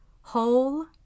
whole